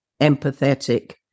empathetic